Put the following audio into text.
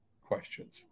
questions